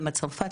או מצרפת,